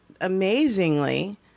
amazingly